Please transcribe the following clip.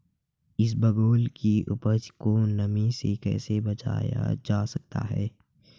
इसबगोल की उपज को नमी से कैसे बचाया जा सकता है?